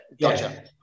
Gotcha